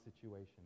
situation